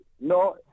no